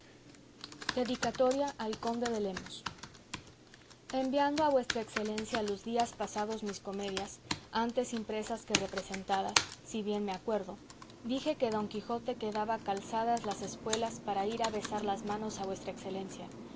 dedicatoria al conde de lemos enviando a vuestra excelencia los días pasados mis comedias antes impresas que representadas si bien me acuerdo dije que don quijote quedaba calzadas las espuelas para ir a besar las manos a vuestra excelencia